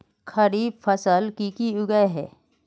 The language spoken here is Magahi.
खरीफ फसल की की उगैहे?